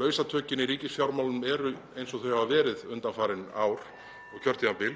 lausatökin í ríkisfjármálunum eru eins og þau hafa verið undanfarin ár (Forseti hringir.) og kjörtímabil